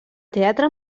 teatre